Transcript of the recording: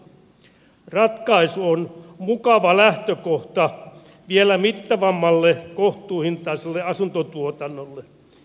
ratkaisu on mukava lähtökohta vielä mittavammalle kohtuuhintaiselle asuntotuotannolle